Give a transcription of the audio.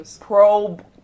probe